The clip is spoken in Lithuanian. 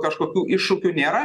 kažkokių iššūkių nėra